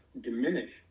diminish